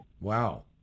wow